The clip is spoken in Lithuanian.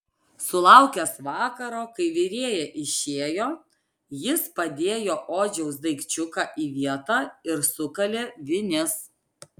sulaukęs vakaro kai virėja išėjo jis padėjo odžiaus daikčiuką į vietą ir sukalė vinis